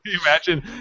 imagine